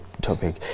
topic